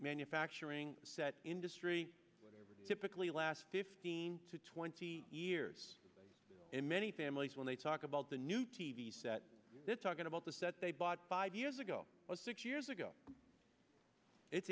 manufacturing set industry typically last fifteen to twenty years in many families when they talk about the new t v set they're talking about the set they bought five years ago or six years ago it's